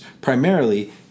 Primarily